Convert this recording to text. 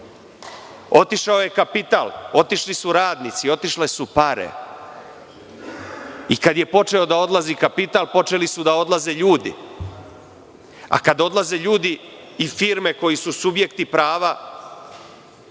otišao je kapital, otišli su radnici, otišle su pare i kada je počeo da odlazi kapital, počeli su da odlaze ljudi, a kada odlaze ljudi i firme koji su subjekti prava